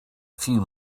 few